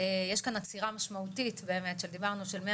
יש כאן עצירה משמעותית שדיברנו של 100